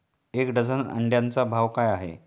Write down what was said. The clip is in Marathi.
एक डझन अंड्यांचा भाव काय आहे?